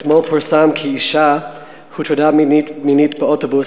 אתמול פורסם כי אישה הוטרדה מינית באוטובוס